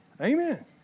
Amen